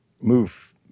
move